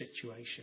situation